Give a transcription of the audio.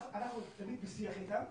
אנחנו תמיד בשיח איתם,